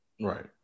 Right